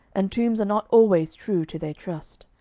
and tombs are not always true to their trust.